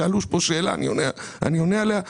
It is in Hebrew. שאלו פה שאלה, אני עונה עליה.